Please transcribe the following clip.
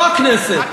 לא הכנסת.